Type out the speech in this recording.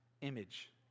image